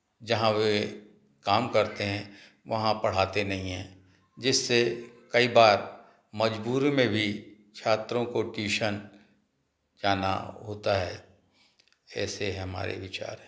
जहाँ वे काम करते हैं वहाँ पढ़ाते नहीं हैं जिससे कई बार मजबूरी में भी छात्रों को ट्यूशन जाना होता है ऐसे हमारे विचार हैं